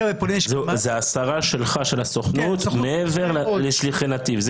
זה עשרה שלך, של הסוכנות מעבר לשליחי נתיב.